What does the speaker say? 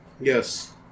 Yes